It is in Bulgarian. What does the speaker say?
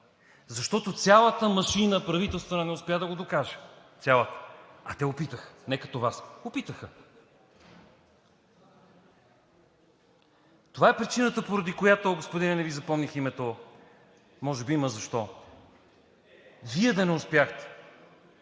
защото цялата правителствена машина не успя да го докаже. Цялата! А те опитаха – не като Вас, опитаха. Това е причината, поради която, господине – не Ви запомних името и може би има защо – Вие да не успяхте.